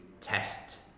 test